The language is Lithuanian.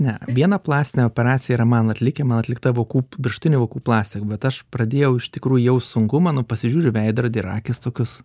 ne vieną plastinę operaciją yra man atlikę man atlikta vokų viršutinių vokų plastika bet aš pradėjau iš tikrųjų jaust sunkumą nu pasižiūriu veidrodį ir akys tokios